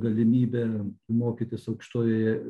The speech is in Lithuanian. galimybę mokytis aukštojoje